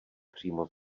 přímo